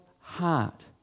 heart